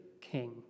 king